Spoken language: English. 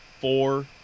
four